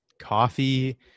Coffee